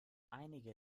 einige